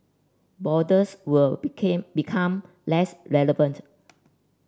borders will became become less relevant